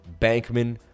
Bankman